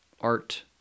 art